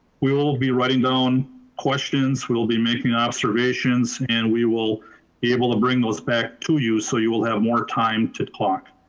we will be writing down questions. we'll be making observations and we will be able to bring those back to you so you will have more time to talk.